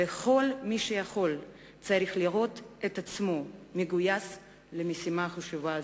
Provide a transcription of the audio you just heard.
וכל מי שיכול צריך לראות את עצמו מגויס למשימה חשובה זו.